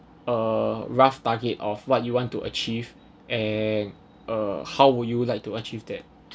err rough target of what you want to achieve and uh how would you like to achieve that